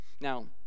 Now